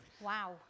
Wow